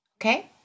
okay